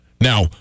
Now